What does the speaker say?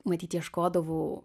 matyt ieškodavau